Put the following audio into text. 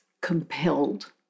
compelled